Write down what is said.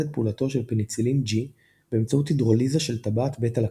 את פעולתו של פניצילין G באמצעות הידרוליזה של טבעת בטא לקטם.